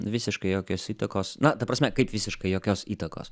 visiškai jokios įtakos na ta prasme kaip visiškai jokios įtakos